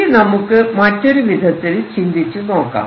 ഇനി നമുക്ക് മറ്റൊരു വിധത്തിൽ ചിന്തിച്ചു നോക്കാം